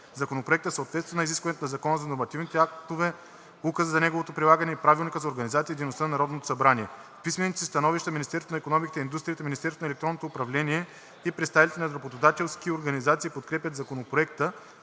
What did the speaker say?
Законопроектът съответства на изискванията на Закона за нормативните актове, Указа за неговото прилагане и на Правилника за организацията и дейността на Народното събрание. В писмените си становища Министерството на икономиката и индустрията, Министерството на електронното управление и представителите на работодателските организации подкрепят Законопроекта.